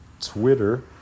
Twitter